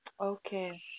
Okay